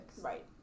Right